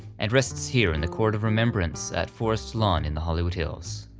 and rests here in the court of remembrance at forest lawn in the hollywood hills.